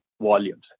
volumes